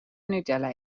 nutella